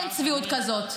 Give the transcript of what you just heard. אין צביעות כזאת.